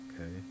okay